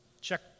Check